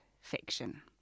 fiction